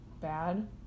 bad